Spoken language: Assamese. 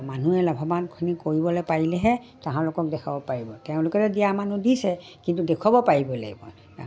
মানুহে লাভৱানখিনি কৰিবলে পাৰিলেহে তাহাঁলোকক দেখুৱাব পাৰিব তেওঁলোকে দিয়া মানুহ দিছে কিন্তু দেখুৱাব পাৰিব লাগিব